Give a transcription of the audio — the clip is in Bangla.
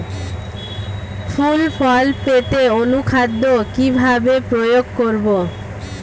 ফুল ফল পেতে অনুখাদ্য কিভাবে প্রয়োগ করব?